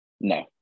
no